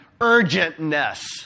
urgentness